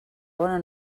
bona